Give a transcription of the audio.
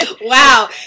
Wow